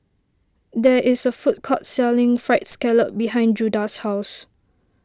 there is a food court selling Fried Scallop behind Judah's house